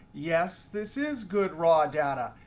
yes, this is good raw data.